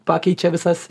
pakeičia visas